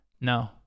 No